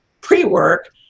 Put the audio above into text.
pre-work